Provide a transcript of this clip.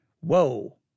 Whoa